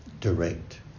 direct